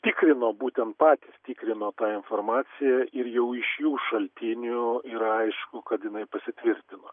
tikrino būtent patys tikrino tą informaciją ir jau iš jų šaltinių yra aišku kad jinai pasitvirtino